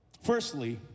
Firstly